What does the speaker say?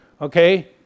okay